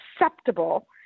acceptable